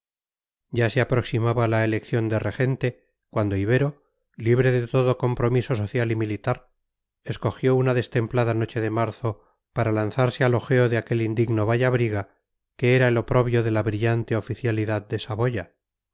ya se aproximaba la elección de regente cuando ibero libre de todo compromiso social y militar escogió una destemplada noche de marzo para lanzarse al ojeo de aquel indigno vallabriga que era el oprobio de la brillante oficialidad de